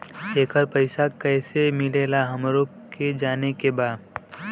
येकर पैसा कैसे मिलेला हमरा के जाने के बा?